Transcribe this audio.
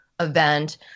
Event